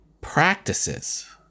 practices